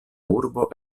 urbo